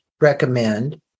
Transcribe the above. recommend